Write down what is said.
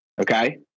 Okay